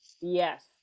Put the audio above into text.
Yes